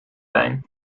wijn